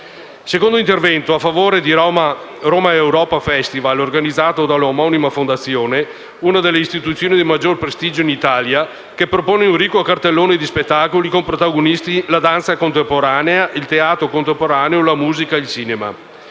secondo intervento è a favore di Romaeuropa Festival, organizzato dalla omonima fondazione, una delle istituzioni di maggior prestigio in Italia, che propone un ricco cartellone di spettacoli i cui protagonisti sono la danza contemporanea, il teatro contemporaneo, la musica e il cinema.